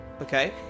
Okay